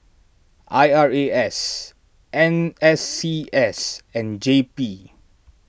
I R A S N S C S and J P